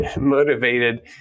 motivated